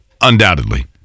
Undoubtedly